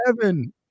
heaven